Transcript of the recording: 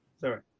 Sorry